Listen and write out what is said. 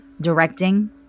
directing